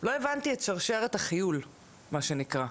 לא הבנתי את 'שרשרת החיול', מה שנקרא,